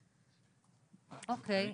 אוקיי.